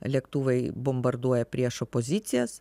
lėktuvai bombarduoja priešo pozicijas